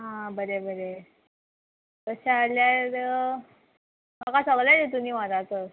आं बरें बरें तशें आल्यार म्हाका सगळें हितून वरात तर